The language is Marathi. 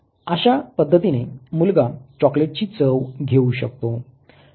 अशा पद्धतीने मुलगा चोकलेटची चव घेऊ शकतो